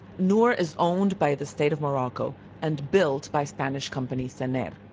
noor is owned by the state of morocco and built by spanish company sener.